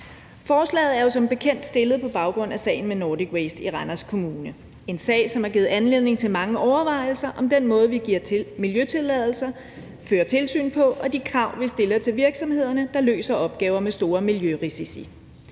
Forslaget er jo som bekendt fremsat på baggrund af sagen med Nordic Waste i Randers Kommune; en sag, som har givet anledning til mange overvejelser om den måde, vi giver miljøtilladelser på, fører tilsyn på, og de krav, vi stiller til virksomheder, der løser opgaver med store miljørisici.